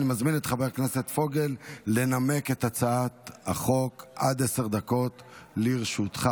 חוק ומשפט לצורך הכנתה לקריאה ראשונה.